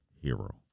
hero